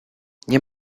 nie